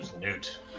Newt